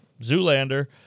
Zoolander